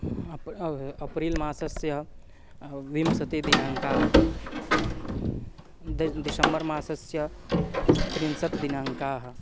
अपि अप्रिल् मासस्य विंशतिदिनाङ्कः द दिशम्बर् मासस्य त्रिंशत् दिनाङ्कः